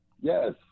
Yes